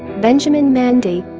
benjamin mendy,